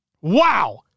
wow